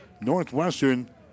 Northwestern